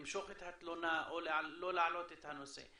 למשוך את התלונה או לא להעלות את הנושא.